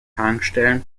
tankstellen